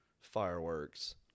fireworks